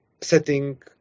setting